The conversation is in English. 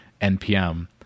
NPM